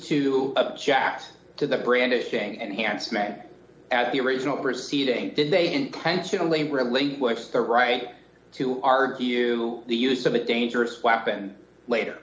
to object to the brandishing enhancement as the original proceeding did they intentionally relinquished the right to argue the use them a dangerous weapon later